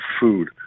food